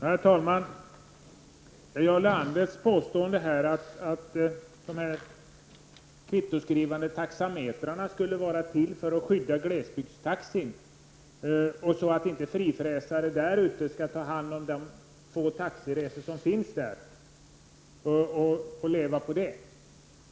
Herr talman! Jarl Lander påstår att de kvittoskrivande taxametrarna skulle vara till för att skydda glesbygdstaxin, så att inte ''frifräsare'' skall ta hand om de få taxiresor som förekommer där.